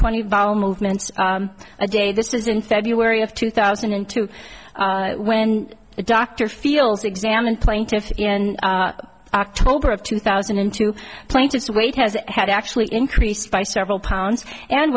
twenty bowel movements a day this is in february of two thousand and two when the doctor feels examined plaintiffs in october of two thousand and two plaintiffs weight has had actually increased by several pounds and